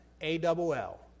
A-double-L